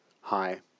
Hi